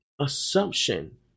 assumption